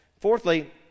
fourthly